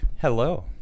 Hello